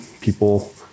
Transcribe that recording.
people